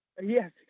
Yes